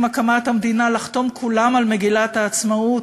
עם הקמת המדינה לחתום כולם על מגילת העצמאות,